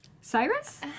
Cyrus